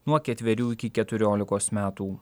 nuo ketverių iki keturiolikos metų